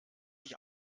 sich